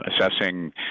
assessing